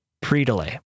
pre-delay